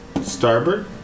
starboard